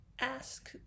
Ask